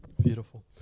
beautiful